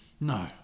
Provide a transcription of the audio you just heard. No